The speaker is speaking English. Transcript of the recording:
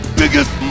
biggest